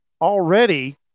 already